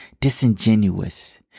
disingenuous